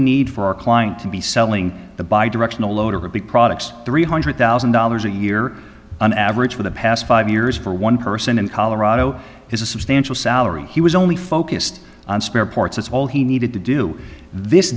need for our client to be selling the bike directional over big products three hundred thousand dollars a year on average for the past five years for one person in colorado is a substantial salary he was only focused on spare parts that's all he needed to do this